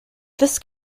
this